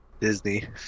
Disney